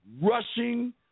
rushing